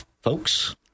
folks